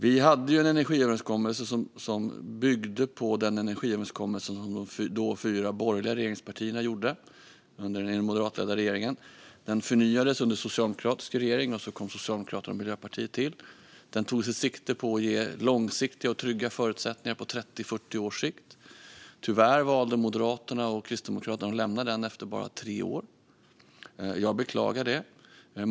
Vi hade ju en energiöverenskommelse som byggde på den energiöverenskommelse som de då fyra borgerliga regeringspartierna gjorde under den moderatledda regeringen. Denna förnyades under en socialdemokratisk regering, och Socialdemokraterna och Miljöpartiet kom till. Den tog sikte på att ge långsiktiga och trygga förutsättningar på 30-40 års sikt. Tyvärr valde Moderaterna och Kristdemokraterna att lämna den efter bara tre år. Jag beklagar det.